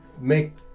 Make